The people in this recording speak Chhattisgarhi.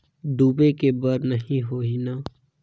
डूबे के बर नहीं होही न?